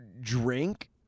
drink